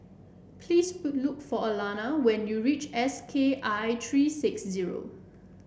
please look for Alanna when you reach S K I three six zero